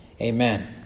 Amen